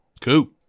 Cool